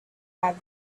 have